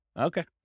Okay